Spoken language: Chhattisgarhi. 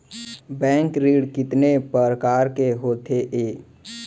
बैंक ऋण कितने परकार के होथे ए?